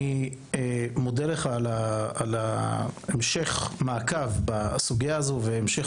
אני מודה לך על המשך המעקב בסוגייה הזאת והמשך